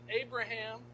Abraham